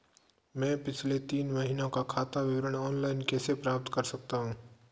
मैं पिछले तीन महीनों का खाता विवरण ऑनलाइन कैसे प्राप्त कर सकता हूं?